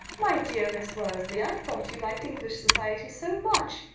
my dear miss worsley, i thought you liked english society so much.